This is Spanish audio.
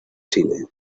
chile